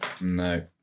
No